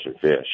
fish